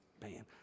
Man